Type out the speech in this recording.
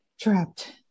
trapped